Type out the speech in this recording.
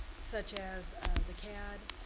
such as the cad.